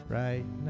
right